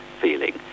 feeling